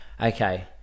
okay